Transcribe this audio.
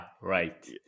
right